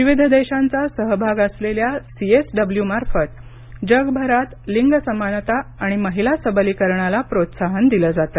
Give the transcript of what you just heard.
विविध देशांचा सहभाग असलेल्या सी एस डब्ल्यू मार्फत जगभरात लिंग समानता आणि महिला सबलीकरणाला प्रोत्साहन दिलं जातं